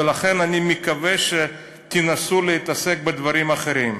ולכן אני מקווה שתנסו להתעסק בדברים אחרים.